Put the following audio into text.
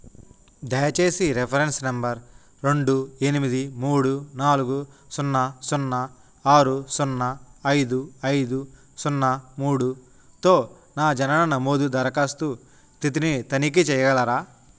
దయచేసి reference number రెండు ఎనిమిది మూడు నాలుగు సున్నా సున్నా ఆరు సున్నా ఐదు ఐదు సున్నా మూడుతో నా జనన నమోదు దరఖాస్తు స్థితిని తనిఖీ చెయ్యగలరా